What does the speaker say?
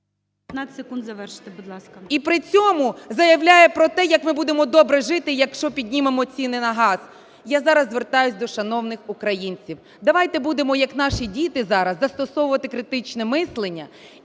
і при цьому заявляє про те, як ми будемо добре жити, якщо піднімемо ціни на газ? Я зараз звертаюсь до шановних українців: давайте будемо, як наші діти зараз, застосовувати критичне мислення